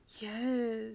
Yes